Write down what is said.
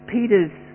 Peter's